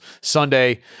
Sunday